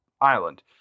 island